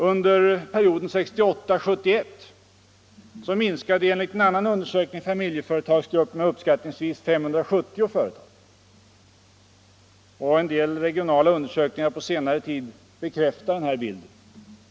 Under perioden 1968-1971 minskade enligt en annan undersökning familjeföretagsgruppen med uppskattningsvis 570 företag. Vissa regionala undersökningar på senare tid bekräftar bilden.